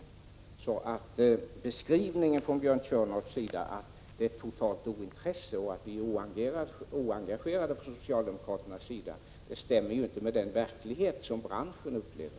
Björn Körlofs beskrivning, att det föreligger ett totalt ointresse och att vi socialdemokrater är oengagerade, stämmer inte med den verklighet som branschen upplever.